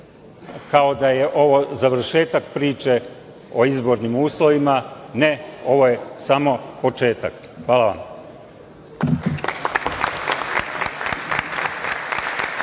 kao da je ovo završetak priče o izbornim uslovima. Ne, ovo je samo početak. Hvala vam.